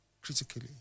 Critically